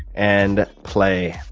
and play.